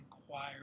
inquire